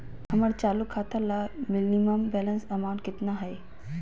हमर चालू खाता ला मिनिमम बैलेंस अमाउंट केतना हइ?